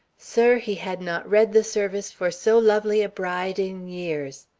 sir, he had not read the service for so lovely a bride in years.